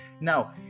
Now